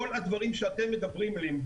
כל הדברים שאתם מדברים עליהם,